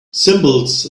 symbols